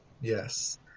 Yes